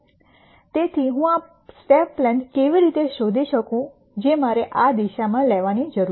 તેથી હું આ પગલાની લંબાઈ કેવી રીતે શોધી શકું જે મારે આ દિશામાં લેવાની જરૂર છે